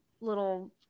little